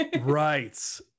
right